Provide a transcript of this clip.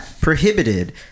prohibited